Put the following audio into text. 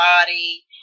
body